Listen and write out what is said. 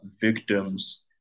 victims